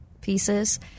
pieces